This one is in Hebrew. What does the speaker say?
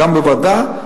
גם בוועדה,